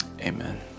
amen